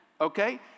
Okay